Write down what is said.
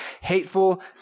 hateful